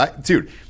Dude